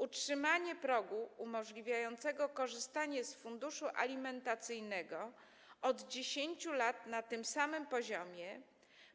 Utrzymanie progu umożliwiającego korzystanie z funduszu alimentacyjnego od 10 lat na tym samym poziomie